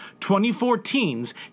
2014's